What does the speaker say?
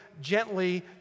gently